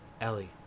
Ellie